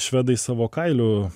švedai savo kailiu